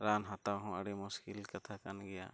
ᱨᱟᱱ ᱦᱟᱛᱟᱣ ᱦᱚᱸ ᱟᱹᱰᱤ ᱢᱩᱥᱠᱤᱞ ᱠᱟᱛᱷᱟ ᱠᱟᱱ ᱜᱮᱭᱟ